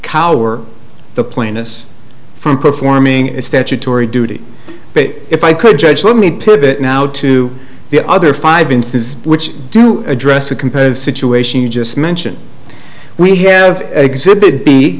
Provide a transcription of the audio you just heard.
cower the plaintiffs from performing a statutory duty but if i could judge let me put it now to the other five instances which do address the competitive situation you just mentioned we have ex